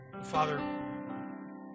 Father